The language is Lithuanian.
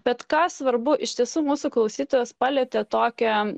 bet ką svarbu iš tiesų mūsų klausytojas palietė tokią